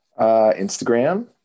Instagram